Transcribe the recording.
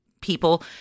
people